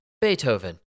Beethoven